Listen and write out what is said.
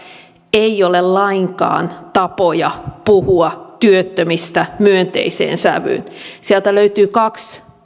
ei ole lainkaan tapoja puhua työttömistä myönteiseen sävyyn sieltä löytyy kaksi